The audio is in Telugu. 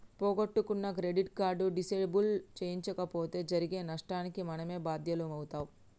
పోగొట్టుకున్న క్రెడిట్ కార్డు డిసేబుల్ చేయించకపోతే జరిగే నష్టానికి మనమే బాధ్యులమవుతం